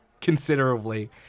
considerably